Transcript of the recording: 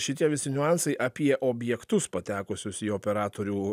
šitie visi niuansai apie objektus patekusius į operatorių